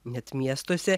net miestuose